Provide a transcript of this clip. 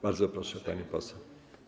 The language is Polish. Bardzo proszę, pani poseł.